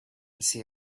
see